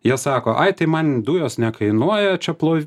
jie sako ai tai man dujos nekainuoja čia plovi